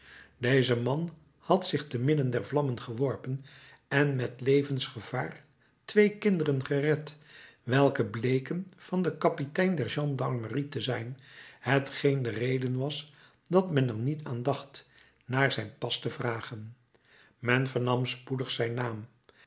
deze man had zich te midden der vlammen geworpen en met levensgevaar twee kinderen gered welke bleken van den kapitein der gendarmerie te zijn hetgeen de reden was dat men er niet aan dacht naar zijn pas te vragen men vernam spoedig zijn naam